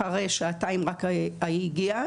רק אחרי שעתיים היא הגיעה.